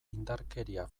indarkeria